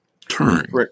Turn